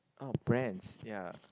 oh brands ya